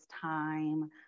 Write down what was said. time